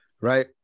Right